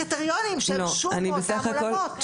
הטקט הנוסף הוא שכל ישוב ויישוב שירצה בעצמו לגדול מעבר ל-700,